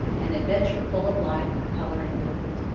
an adventure full of life and color and movement.